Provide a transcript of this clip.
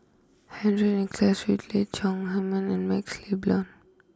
Henry Nicholas Ridley Chong Heman and MaxLe Blond